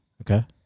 Okay